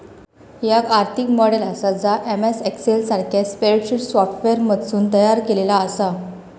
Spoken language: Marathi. याक आर्थिक मॉडेल आसा जा एम.एस एक्सेल सारख्या स्प्रेडशीट सॉफ्टवेअरमधसून तयार केलेला आसा